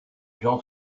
gens